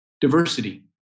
diversity